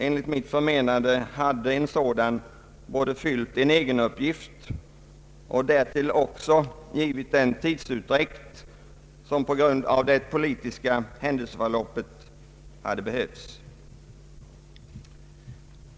Enligt mitt förmenande hade en sådan både fyllt en egenuppgift och gett den tidsutdräkt som på grund av det politiska händelseförloppet hade behövts.